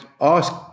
ask